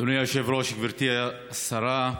אדוני היושב-ראש, גברתי השרה,